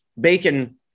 bacon